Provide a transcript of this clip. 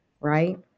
right